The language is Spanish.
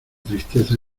tristeza